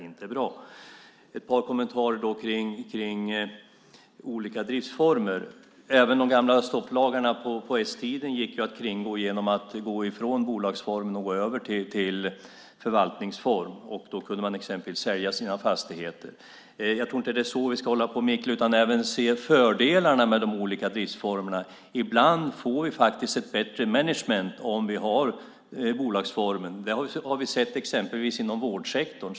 Jag vill göra ett par kommentarer om olika driftsformer. Även de gamla stopplagarna på s-tiden gick att kringgå genom att gå ifrån bolagsformen och gå över till förvaltningsform. Då kunde man exempelvis sälja sina fastigheter. Jag tror inte att det är så vi ska hålla på att mickla, utan det gäller att se fördelarna med de olika formerna. Ibland får vi ett bättre management om vi har bolagsformer. Det har vi sett exempelvis inom vårdsektorn.